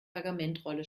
pergamentrolle